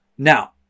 Now